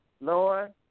Lord